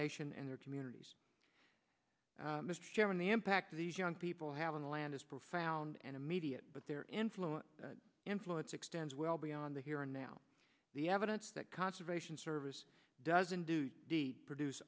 nation and their communities mr chairman the impact of these young people have in the land is profound and immediate but their influence influence extends well beyond the here and now the evidence that conservation service doesn't produce